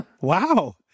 Wow